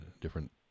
different